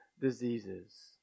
diseases